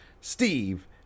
Steve